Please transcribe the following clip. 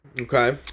Okay